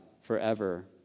forever